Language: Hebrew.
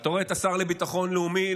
אתה רואה את השר לביטחון לאומי,